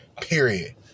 period